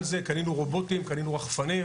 על זה, קנינו רובוטים, קנינו רחפנים.